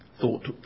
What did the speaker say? thought